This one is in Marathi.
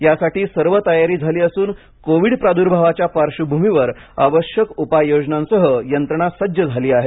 यासाठी सर्व तयारी झाली असून कोविड प्रादुर्भावाच्या पार्श्वभूमीवर आवश्यक उपाय योजनांसह यंत्रणा सज्ज झाली आहे